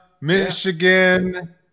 Michigan